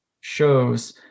shows